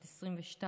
בת 22 במותה,